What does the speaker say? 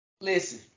Listen